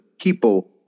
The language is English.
people